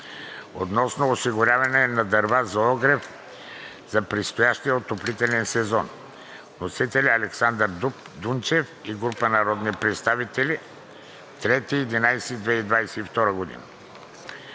относно осигуряване на дърва за огрев за предстоящия отоплителен сезон. Вносители – Александър Дунчев и група народни представители, 3 ноември